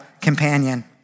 companion